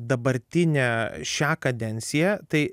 dabartinę šią kadenciją tai